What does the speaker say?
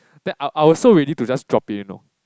then I I was so ready to just dropped it you know